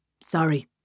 Sorry